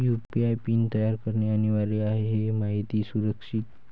UPI PIN तयार करणे अनिवार्य आहे हे माहिती सुरक्षित